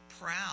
Proud